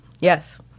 Yes